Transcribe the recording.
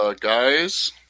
guys